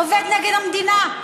עובד נגד המדינה,